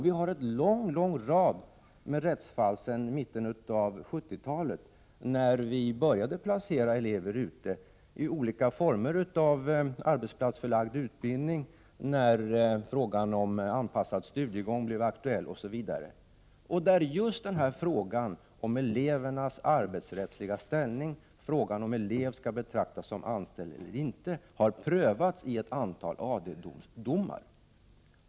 Vi har haft en lång rad av rättsfall sedan mitten av 1970-talet, då vi började placera elever inom olika former av arbetsplatsförlagd utbildning och när frågan om anpassad studiegång m.m. blev aktuell, där just frågan om elevernas arbetsrättsliga ställning, frågan om elev skall betraktas som anställd eller inte, har prövats i ett antal AD-domar.